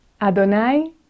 Adonai